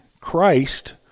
Christ